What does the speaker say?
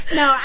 no